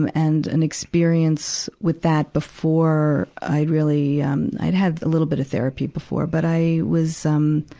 um and, an experience with that before i'd really, um i'd had a little bit of therapy before, but i was, um,